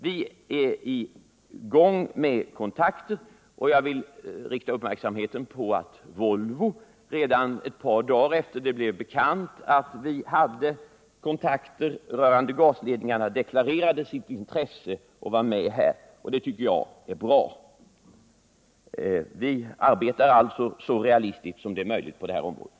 Vi är i gång med kontakter, och jag vill rikta uppmärksamheten på att Volvo redan ett par dagar efter det att det blev bekant att vi hade kontakter rörande gasledningarna deklarerade sitt intresse att vara med. Det tycker jag är bra. Vi arbetar alltså så realistiskt som det är möjligt på det här området.